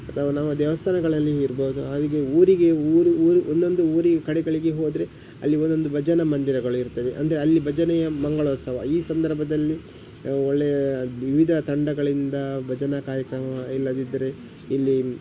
ಅಥವಾ ನಮ್ಮ ದೇವಸ್ಥಾನಗಳಲ್ಲಿ ಇರಬಹುದು ಹಾಗೆ ಊರಿಗೆ ಊರು ಊರು ಒಂದೊಂದು ಊರಿಗೆ ಕಡೆಗಳಿಗೆ ಹೋದರೆ ಅಲ್ಲಿ ಒಂದೊಂದು ಭಜನಾ ಮಂದಿರಗಳು ಇರ್ತವೆ ಅಂದರೆ ಅಲ್ಲಿ ಭಜನೆಯ ಮಂಗಳೋತ್ಸವ ಈ ಸಂದರ್ಭದಲ್ಲಿ ಒಳ್ಳೆಯ ವಿವಿಧ ತಂಡಗಳಿಂದ ಭಜನಾ ಕಾರ್ಯಕ್ರಮ ಇಲ್ಲದಿದ್ದರೆ ಇಲ್ಲಿ